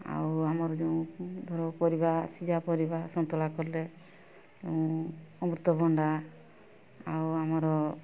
ଆଉ ଆମର ଯେଉଁ ଧର ପରିବା ସିଝା ପରିବା ସନ୍ତୁଳା କଲେ ଅମୃତଭଣ୍ଡା ଆଉ ଆମର